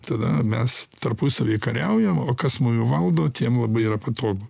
tada mes tarpusavy kariaujam o kas valdo tiem labai yra patogu